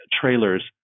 trailers